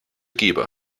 gebr